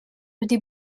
wedi